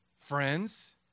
Friends